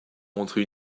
montré